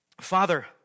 Father